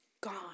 Gone